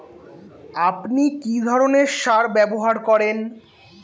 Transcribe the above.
আপনি কী ধরনের সার ব্যবহার করেন?